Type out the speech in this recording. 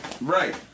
Right